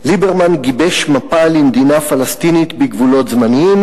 "ליברמן גיבש מפה למדינה פלסטינית בגבולות זמניים.